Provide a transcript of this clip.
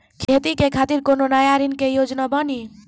खेती के खातिर कोनो नया ऋण के योजना बानी?